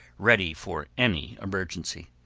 ready for any emergency.